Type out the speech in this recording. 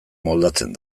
moldatzen